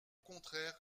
contraire